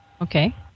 Okay